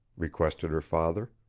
requested her father.